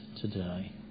today